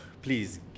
Please